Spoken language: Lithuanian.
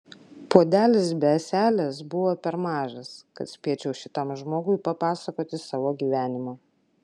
puodelis be ąselės buvo per mažas kad spėčiau šitam žmogui papasakoti savo gyvenimą